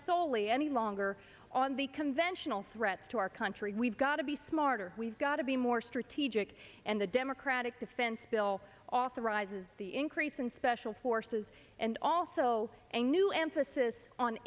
solely any longer on the conventional threats to our country we've got to be smarter we've got to be more strategic and the democratic defense bill authorizes the increase in special forces and also a new emphasis on